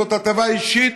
זאת הטבה אישית,